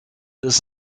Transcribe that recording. this